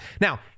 Now